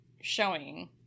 showing